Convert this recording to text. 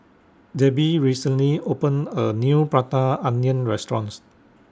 Debi recently opened A New Prata Onion restaurants